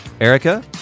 Erica